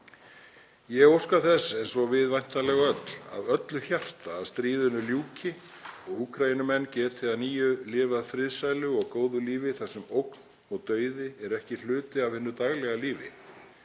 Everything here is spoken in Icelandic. Ég óska þess, eins og við væntanlega öll, af öllu hjarta að stríðinu ljúki og Úkraínumenn geti að nýju lifað friðsælu og góðu lífi þar sem ógn og dauði er ekki hluti af hinu daglega lífi.